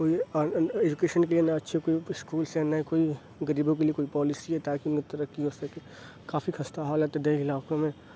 کوئی ایجوکیشن کے لیے نہ اچھے کوئی اسکولس ہیں نہ کوئی غریبوں کے لیے کوئی پالیسی ہے تاکہ ان کی ترقی ہو سکے کافی خستہ حالت ہے دیہی علاقوں میں